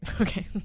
Okay